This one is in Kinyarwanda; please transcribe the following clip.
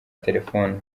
telefone